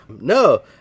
No